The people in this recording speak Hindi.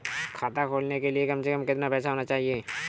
खाता खोलने के लिए कम से कम कितना पैसा होना चाहिए?